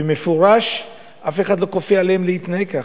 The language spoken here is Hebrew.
ובמפורש אף אחד לא כופה עליהם להתנהג כך.